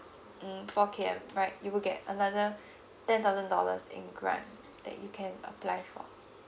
mm four K_M right you will get another ten thousand dollars in grant that you can apply for